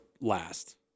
last